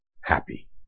happy